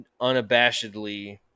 unabashedly